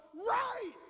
right